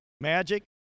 Magic